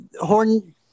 Horn